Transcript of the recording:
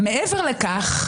מעבר לכך,